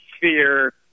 Fear